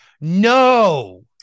No